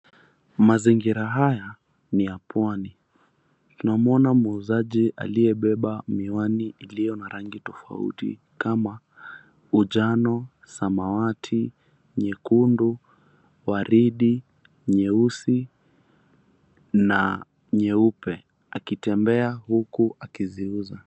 Mazingira haya ni ya pwani. Tunamuona muuzaji aliyebeba miwani iliyo na rangi tofauti kama, ujano, samawati, nyekundu, waridi, nyeusi, na nyeupe akitembea huku akiziuza.